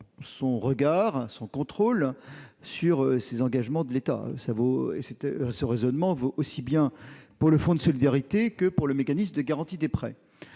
pleinement son contrôle sur ces engagements de l'État. Ce raisonnement vaut aussi bien pour le fonds de solidarité que pour le mécanisme de garantie des prêts.